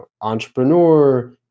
entrepreneur